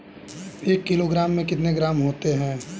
एक किलोग्राम में कितने ग्राम होते हैं?